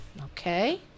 Okay